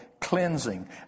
cleansing